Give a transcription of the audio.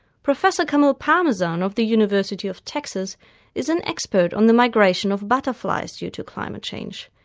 professor camille parmesan of the university of texas is an expert on the migration of butterflies due to climate change.